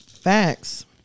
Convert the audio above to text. Facts